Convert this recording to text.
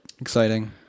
Exciting